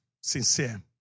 Sincere